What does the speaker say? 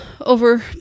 over